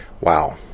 Wow